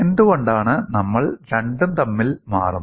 എന്തുകൊണ്ടാണ് നമ്മൾ രണ്ടും തമ്മിൽ മാറുന്നത്